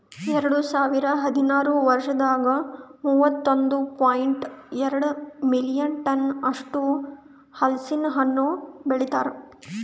ಎರಡು ಸಾವಿರ ಹದಿನಾರು ವರ್ಷದಾಗ್ ಮೂವತ್ತೊಂದು ಪಾಯಿಂಟ್ ಎರಡ್ ಮಿಲಿಯನ್ ಟನ್ಸ್ ಅಷ್ಟು ಹಲಸಿನ ಹಣ್ಣು ಬೆಳಿತಾರ್